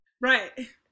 Right